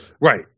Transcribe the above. Right